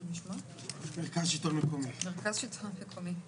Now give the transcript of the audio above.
מרכז השלטון המקומי.